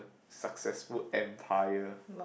successful empire